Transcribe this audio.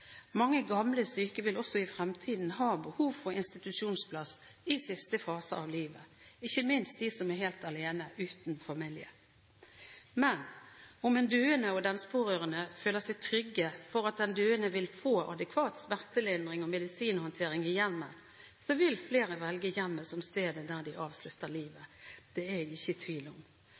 Mange gamle syke vil også i fremtiden ha behov for institusjonsplass i siste fase av livet, ikke minst de som er helt alene uten familie. Men om en døende og dens pårørende føler seg trygge for at den døende vil få adekvat smertelindring og medisinhåndtering i hjemmet, vil flere velge hjemmet som stedet der de avslutter livet – det er jeg ikke i tvil om.